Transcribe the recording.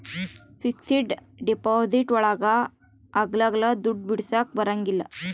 fixed deposit ಒಳಗ ಅಗ್ಲಲ್ಲ ದುಡ್ಡು ಬಿಡಿಸಕ ಬರಂಗಿಲ್ಲ